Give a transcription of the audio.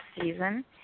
season